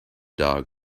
dog